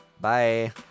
Bye